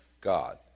God